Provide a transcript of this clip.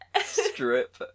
Strip